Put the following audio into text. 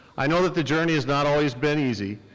i know that the journey has not always been easy,